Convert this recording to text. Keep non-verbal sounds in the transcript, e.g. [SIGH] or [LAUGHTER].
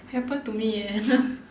happen to me eh [LAUGHS]